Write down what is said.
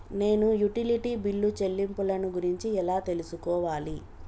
నేను utility bill చెల్లింపులను గురించి ఎలా తెలుసుకోవాలి?